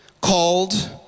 called